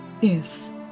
Yes